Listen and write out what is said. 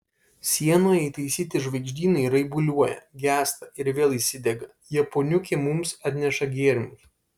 sienoje įtaisyti žvaigždynai raibuliuoja gęsta ir vėl įsidega japoniukė mums atneša gėrimus